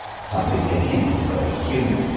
something, again, completely human.